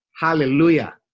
hallelujah